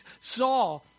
saw